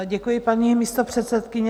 Děkuji, paní místopředsedkyně.